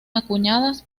acuñadas